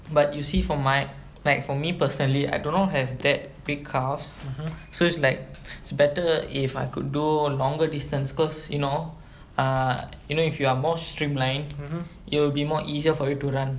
but you see from my like for me personally I do not have that big calves so it's like it's better if I could do err longer distance cause you know err you know if you are more streamline it will be more easier for you to run